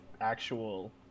actual